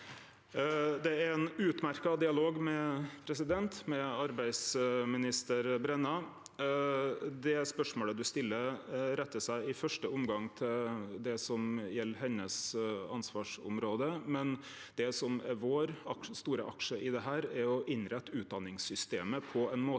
Det er ein ut- merkt dialog med arbeidsminister Brenna. Det spørsmålet representanten stiller, rettar seg i første omgang til det som gjeld hennar ansvarsområde. Det som er vår store aksje i dette, er å innrette utdanningssystemet på ein måte